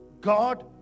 God